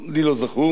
אל תיתן רעיונות,